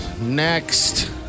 Next